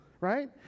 right